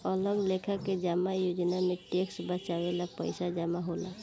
अलग लेखा के जमा योजना में टैक्स बचावे ला पईसा जमा होला